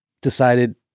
decided